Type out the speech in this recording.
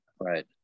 Right